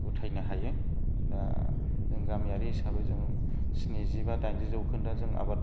उथायनो हायो दा जों गामियारि हिसाबै जों स्निजिबा दाइनजि जौखोनदोआ जों आबाद